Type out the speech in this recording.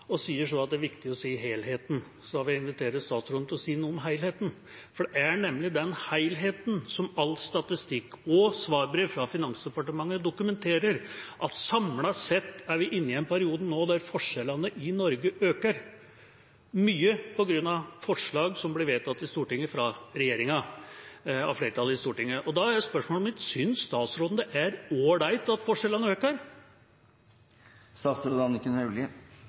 og sier så at det er viktig å se helheten. Da vil jeg invitere statsråden til å si noe om helheten. Det er nemlig den helheten som all statistikk og svarbrev fra Finansdepartementet dokumenterer, at samlet sett er vi inne i en periode nå der forskjellene i Norge øker – mye på grunn av forslag fra regjeringa som har blitt vedtatt av flertallet i Stortinget. Da er spørsmålet mitt: Synes statsråden det er ålreit at forskjellene øker?